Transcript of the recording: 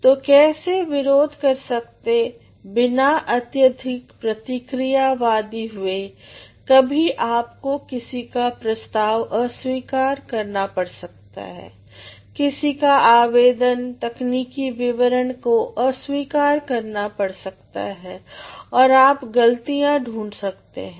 तो कैसे विरोध कर सकते बिना अत्यधिक प्रतिक्रियावादी हुए कभी आपको किसी का प्रस्ताव अस्वीकार करना पड़ सकता है किसी का आवेदन तकनीकी विवरण को अस्वीकार करना होता है और आप गलतियां ढूंढ सकते हैं